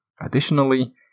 Additionally